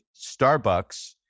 Starbucks